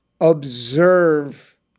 observe